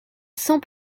cent